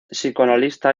psicoanalista